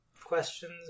questions